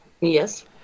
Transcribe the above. Yes